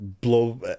blow